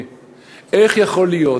איך יכול להיות